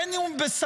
בין שהוא בסדיר,